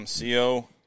CO